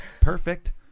perfect